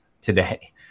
today